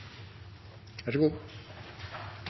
en så god